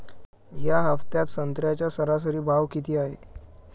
या हफ्त्यात संत्र्याचा सरासरी भाव किती हाये?